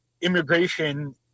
immigration